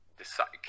decide